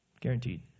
Guaranteed